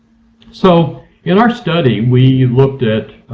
so in our study we looked at.